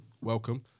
welcome